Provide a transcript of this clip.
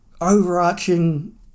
overarching